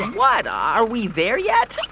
what? are we there yet? like